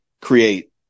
create